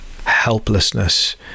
helplessness